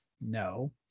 No